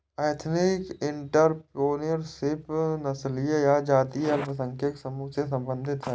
ethnic entrepreneurship नस्लीय या जातीय अल्पसंख्यक समूहों से संबंधित हैं